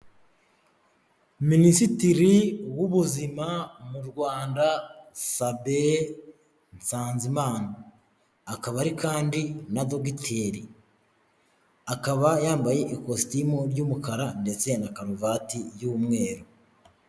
Minisitiri w'ubuzima mu Rwanda Sabin NSANZIMANA akaba ari kandi na Dogiteri akaba yambaye ikositimu ry'umukara ndetse na karuvati y'umweru.